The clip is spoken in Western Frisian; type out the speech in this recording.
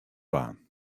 dwaan